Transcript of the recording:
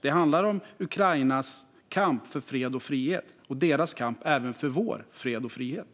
Det handlar om Ukrainas kamp för fred och frihet och deras kamp även för vår fred och frihet.